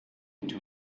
into